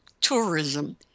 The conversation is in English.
tourism